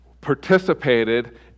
participated